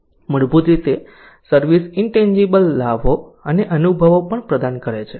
મૂળભૂત રીતે service intangible લાભો અને અનુભવો પણ પ્રદાન કરે છે